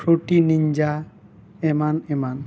ᱯᱷᱩᱴᱤᱱᱤᱱᱡᱟ ᱮᱢᱟᱱ ᱮᱢᱟᱱ